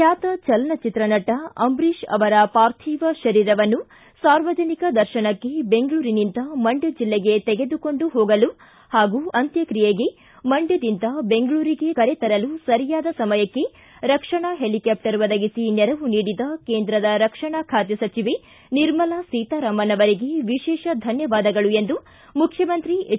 ಬ್ದಾತ ಚಿಲನಚಿತ್ರ ನಟ ಅಂಬರೀಶ ಅವರ ಪಾರ್ಥಿವ ಶರೀರವನ್ನು ಸಾರ್ವಜನಿಕ ದರ್ಶನಕ್ಷೆ ಬೆಂಗಳೂನಿಂದ ಮಂಡ್ತ ಜಿಲ್ಲೆಗೆ ತೆಗೆದುಕೊಂಡು ಹೋಗಲು ಹಾಗೂ ಅಂತ್ಯಕ್ರಿಯೆಗೆ ಮಂಡ್ನದಿಂದ ಬೆಂಗಳೂರಿಗೆ ಕರೆತರಲು ಸರಿಯಾದ ಸಮಯಕ್ಕೆ ರಕ್ಷಣಾ ಹೆಲಿಕಾಪ್ಸರ್ ಒದಗಿಸಿ ನೆರವು ನೀಡಿದ ಕೇಂದ್ರ ರಕ್ಷಣಾ ಖಾತೆ ಸಚಿವೆ ನಿರ್ಮಲಾ ಸೀತಾರಾಮನ್ ಅವರಿಗೆ ವಿಶೇಷ ಧನ್ನವಾದಗಳು ಎಂದು ಮುಖ್ಯಮಂತ್ರಿ ಎಚ್